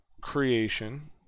creation